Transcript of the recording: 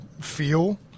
feel